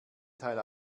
teil